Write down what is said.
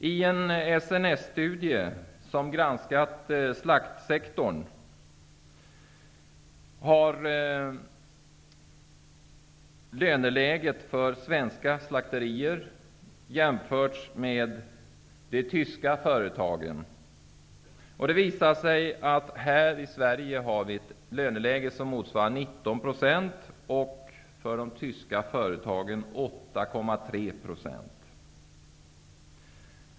I en SNS-studie, som granskat slaktsektorn, har löneläget för svenska slakterier jämförts med de tyska företagens. Det visar sig att vi i Sverige har ett löneläge som motsvarar 19 % medan de tyska företagens är 8,3 %.